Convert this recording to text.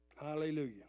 Hallelujah